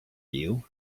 you